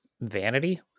vanity